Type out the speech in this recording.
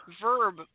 Verb